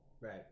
Right